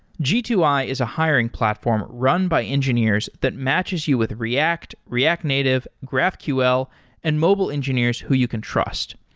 g two i is a hiring platform run by engineers that matches you with react, react native, graphql and mobile engineers who you can trust.